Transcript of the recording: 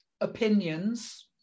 opinions